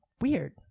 Weird